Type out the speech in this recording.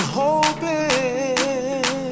hoping